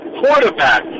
quarterback